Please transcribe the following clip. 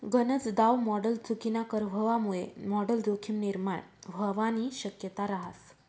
गनज दाव मॉडल चुकीनाकर व्हवामुये मॉडल जोखीम निर्माण व्हवानी शक्यता रहास